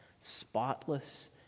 spotless